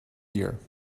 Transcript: year